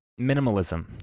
Minimalism